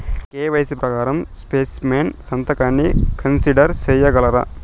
KYC ప్రకారం specimen సంతకాన్ని consider సేయగలరా?